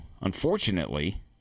unfortunately